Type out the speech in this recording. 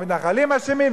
המתנחלים אשמים,